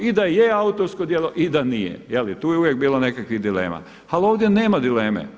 I da je autorsko djelo i da nije, je li, i tu je uvijek bilo nekakvih dilema ali ovdje nema dileme.